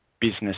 business